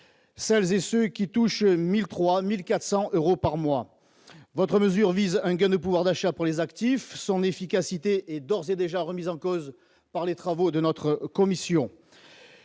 celles et ceux qui touchent 1000 3400 euros par mois votre mesure vise un gain de pouvoir d'achat pour les actifs, son efficacité est d'ores et déjà remis en cause par les travaux de notre commission